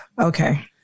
okay